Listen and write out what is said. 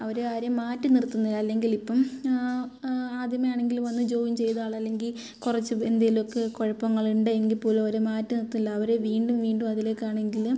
അവരെ ആരെയും മാറ്റി നിർത്തുന്നില്ല അല്ലെങ്കിൽ ഇപ്പം ആദ്യമേ ആണെങ്കിൽ വന്ന് ജോയിൻ ചെയ്ത ആൾ അല്ലെങ്കിൽ കുറച്ച് എന്തെങ്കിലുമൊക്കെ കുഴപ്പങ്ങൾ ഉണ്ട് എങ്കിൽ പോലും അവർ മാറ്റി നിർത്തില്ല അവർ വീണ്ടും വീണ്ടും അതിലേക്കാക്കാണെങ്കിൽ